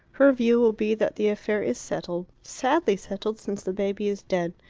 her view will be that the affair is settled sadly settled since the baby is dead.